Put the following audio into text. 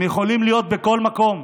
הם יכולים להיות בכל מקום.